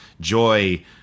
joy